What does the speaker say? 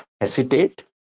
hesitate